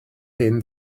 hen